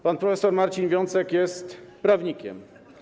Pan prof. Marcin Wiącek jest prawnikiem.